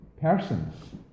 persons